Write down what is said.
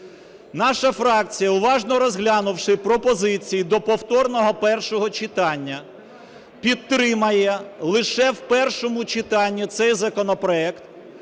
Наша фракція, уважно розглянувши пропозиції до повторного першого читання, підтримає лише в першому читанні цей законопроект,